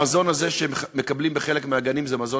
המזון הזה שהם מקבלים בחלק מהגנים זה מזון